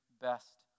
best